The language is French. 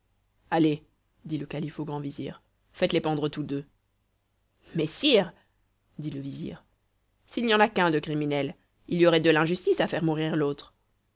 allez dit le calife au grand vizir faites-les pendre tous deux mais sire dit le vizir s'il n'y en a qu'un de criminel il y aurait de l'injustice à faire mourir l'autre